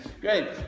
great